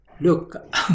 look